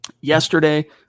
yesterday